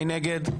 מי נגד?